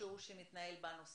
אנשים מתים בבית מקורונה,